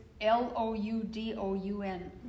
L-O-U-D-O-U-N